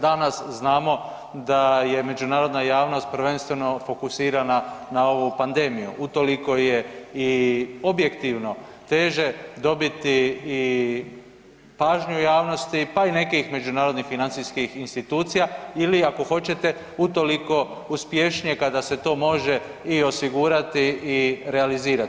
Danas znamo da je međunarodna javnost prvenstveno fokusirana na ovu pandemiju, utoliko je i objektivno teže dobiti i pažnju javnosti, pa i nekih međunarodnih financijskih institucija ili ako hoćete utoliko uspješnije kada se to može i osigurati i realizirati.